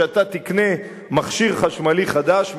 כשאתה תקנה מכשיר חשמלי חדש,